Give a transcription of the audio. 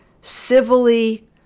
civilly